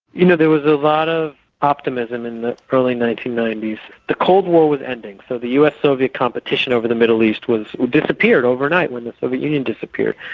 you know, there was a lot of optimism in the early nineteen ninety s. the cold war was ending, so the us-soviet competition over the middle east disappeared overnight when the soviet union disappeared.